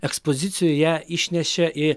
ekspozicijų ją išnešė į